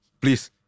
please